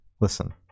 listen